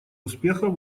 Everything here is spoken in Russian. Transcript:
успехов